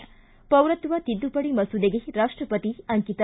ಿ ಪೌರತ್ನ ತಿದ್ದುಪಡಿ ಮಸೂದೆಗೆ ರಾಷ್ಟಪತಿ ಅಂಕಿತ